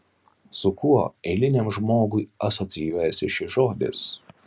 su kuo eiliniam žmogui asocijuojasi šis žodis